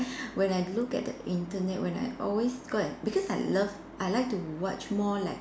when I look at the Internet when I always go and because I love I like to watch more like